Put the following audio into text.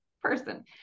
person